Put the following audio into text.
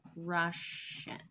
Russian